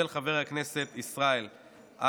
של חבר הכנסת ישראל אייכלר,